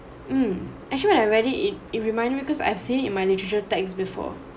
mm actually when I ready it it reminded because I've seen it in my literature text before